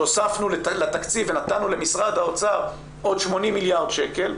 שהוספנו לתקציב ונתנו למשרד האוצר עוד 80 מיליארד שקל,